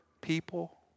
people